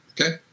okay